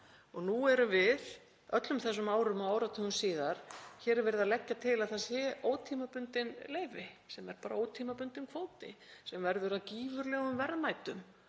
Nú erum við öllum þessum árum og áratugum síðar að leggja til að það séu ótímabundin leyfi sem er bara ótímabundinn kvóti sem verður að gífurlegum verðmætum